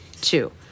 Two